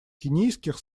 кенийских